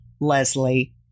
Leslie